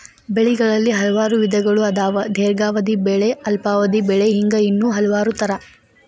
ಬೆಳೆಗಳಲ್ಲಿ ಹಲವಾರು ವಿಧಗಳು ಅದಾವ ದೇರ್ಘಾವಧಿ ಬೆಳೆ ಅಲ್ಪಾವಧಿ ಬೆಳೆ ಹಿಂಗ ಇನ್ನೂ ಹಲವಾರ ತರಾ